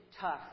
tough